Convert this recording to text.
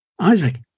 isaac